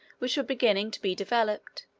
which were beginning to be developed,